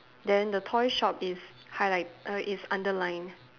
then toy shop is highlight err it's underlined